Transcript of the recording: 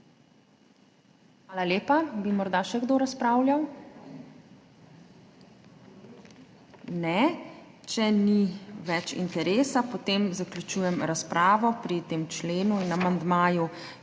Hvala lepa. Bi morda še kdo razpravljal? Ne. Če ni več interesa, potem zaključujem razpravo pri tem členu in amandmaju.